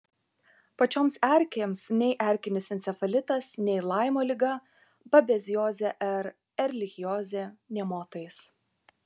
pačioms erkėms nei erkinis encefalitas nei laimo liga babeziozė ar erlichiozė nė motais